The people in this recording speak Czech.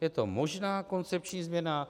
Je to možná koncepční změna.